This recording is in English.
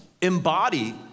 embody